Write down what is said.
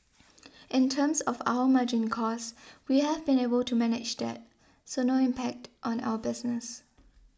in terms of our margin costs we have been able to manage that so no impact on our business